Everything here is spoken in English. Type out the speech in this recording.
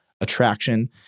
attraction